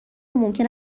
ممکن